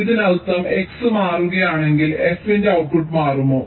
ഇതിനർത്ഥം x മാറുകയാണെങ്കിൽ f ന്റെ ഔട്ട്പുട്ട് മാറുമോ